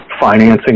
financing